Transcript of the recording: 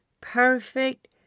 perfect